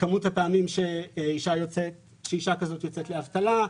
מספר הפעמים שאישה כזאת יוצאת לאבטלה,